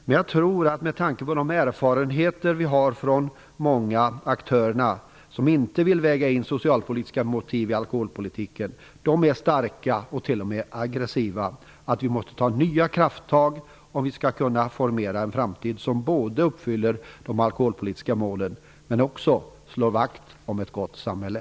Men jag tror att vi - med tanke på våra erfarenheter från många av aktörerna som inte vill väga in socialpolitiska motiv i alkoholpolitiken och som är starka, t.o.m. aggressiva - måste ta nya krafttag om vi skall kunna formera en framtid som både uppfyller de alkoholpolitiska målen och också slår vakt om ett gott samhälle.